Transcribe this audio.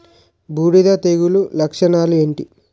బూడిద తెగుల లక్షణాలు ఏంటి?